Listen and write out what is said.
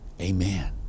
Amen